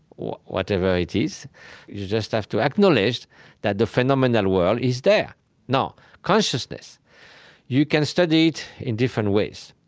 whatever it is. you just have to acknowledge that the phenomenal world is there now consciousness you can study it in different ways.